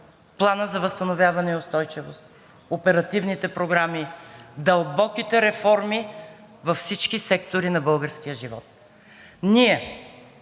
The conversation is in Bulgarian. Планът за възстановяване и устойчивост, оперативните програми, дълбоките реформи във всички сектори на българския живот. Ние,